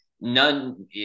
none